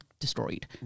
Destroyed